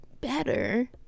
better